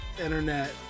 internet